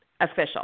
Official